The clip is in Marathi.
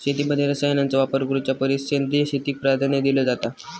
शेतीमध्ये रसायनांचा वापर करुच्या परिस सेंद्रिय शेतीक प्राधान्य दिलो जाता